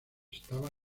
estaba